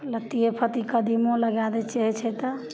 लत्तिए फत्ती कदीमो लगै दै छिए होइ छै तऽ